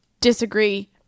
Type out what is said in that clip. disagree